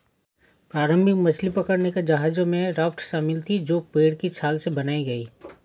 प्रारंभिक मछली पकड़ने के जहाजों में राफ्ट शामिल थीं जो पेड़ की छाल से बनाई गई